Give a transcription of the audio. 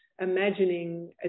imagining